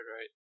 right